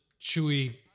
chewy